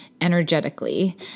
energetically